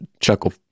chuckle